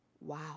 Wow